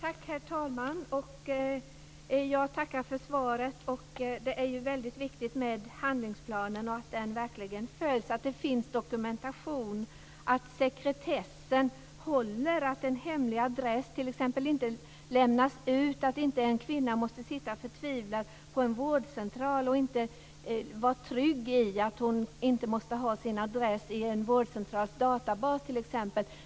Herr talman! Jag tackar för svaret. Det är viktigt att handlingsplanen följs och att det finns dokumentation. Sekretessen måste hållas, t.ex. får inte en hemlig adress lämnas ut. En kvinna ska inte behöva sitta förtvivlad på en vårdcentral och inte känna sig trygg för att hon inte kan ha en adress i vårdcentralens databas.